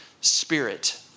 spirit